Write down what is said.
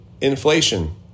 inflation